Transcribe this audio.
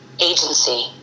agency